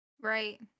Right